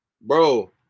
bro